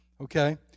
Okay